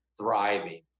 thriving